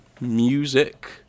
music